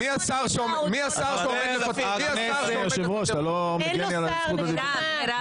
מי השר שעומד לפטר אותך?